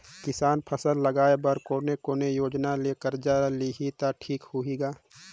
किसान फसल लगाय बर कोने कोने योजना ले कर्जा लिही त ठीक होही ग?